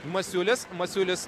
masiulis masiulis